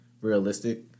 realistic